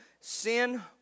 sin